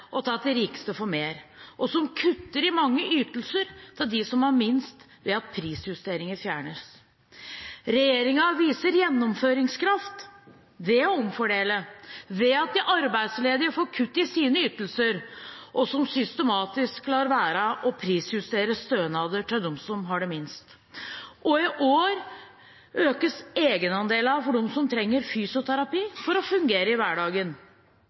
og de rikeste får mer, og som kutter i mange ytelser til dem som har minst, ved at prisjusteringer fjernes. Regjeringen viser gjennomføringskraft ved å omfordele, ved at de arbeidsledige får kutt i sine ytelser, og ved systematisk å la være å prisjustere stønader til dem som har minst. Og i år økes egenandelene for dem som trenger fysioterapi for å fungere i hverdagen.